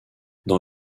dans